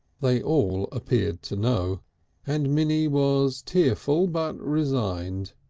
they all appeared to know and minnie was tearful, but resigned.